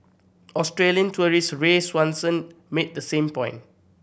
Australian tourist Ray Swanson made the same point